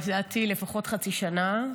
לדעתי לפחות לפני חצי שנה.